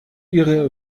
ihrer